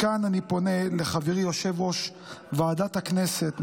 מכאן אני פונה לחברי יושב-ראש ועדת הכנסת,